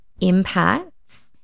impacts